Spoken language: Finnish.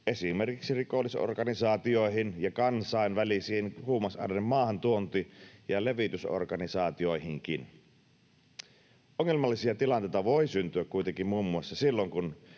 esimerkiksi rikollisorganisaatioihin ja kansainvälisiin huumausaineiden maahantuonti- ja levitysorganisaatioihinkin. Ongelmallisia tilanteita voi syntyä kuitenkin muun muassa silloin,